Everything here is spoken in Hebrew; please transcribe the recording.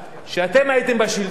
כשאתם הייתם בשלטון,